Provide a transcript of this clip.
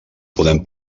podem